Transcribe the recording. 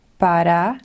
Para